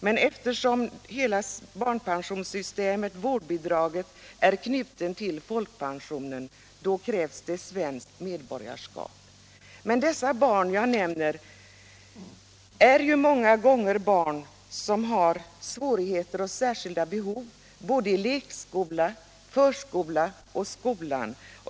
Men eftersom hela barnpensionssystemet och vårdbidragssystemet är knutet till folkpensionen krävs det svenskt medborgarskap. De barn det är fråga om har många gånger svårigheter och särskilda behov, både i lekskola, förskola och skola.